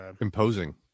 imposing